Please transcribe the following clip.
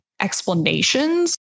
explanations